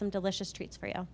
some delicious treats for you